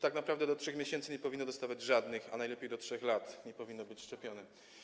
Tak naprawdę do 3. miesiąca nie powinno dostawać żadnych, a najlepiej do 3. roku życia nie powinno być szczepione.